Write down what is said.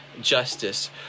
justice